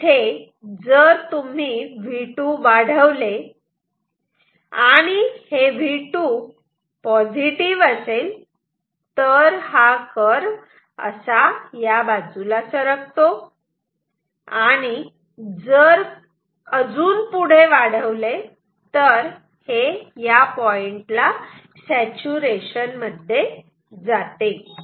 जर तुम्ही V2 वाढवले आणि V2 हे पॉझिटिव्ह असेल तर हा कर्व असा सरकतो आणि जर अजून पुढे वाढवले तर हे या पॉइंटला सॅचूरेशन मध्ये जाते